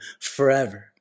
forever